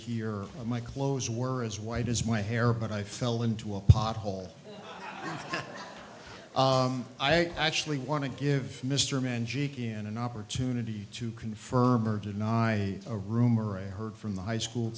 here my clothes were as white as my hair but i fell into a pothole i actually want to give mr mann jakey an opportunity to confirm or deny a rumor i heard from the high school